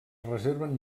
reserven